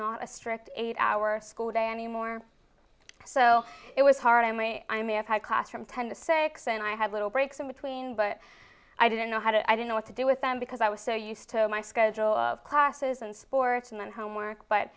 not a strict eight hour school day anymore so it was hard and i am a high class from ten to six and i had little breaks in between but i didn't know how to i don't know what to do with them because i was so used to my schedule of classes and sports and then homework but